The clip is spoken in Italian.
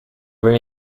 aveva